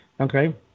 Okay